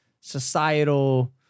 societal